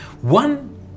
One